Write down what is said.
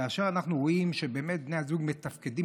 כאשר אנחנו רואים שבאמת בני הזוג מתפקדים